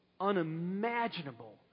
unimaginable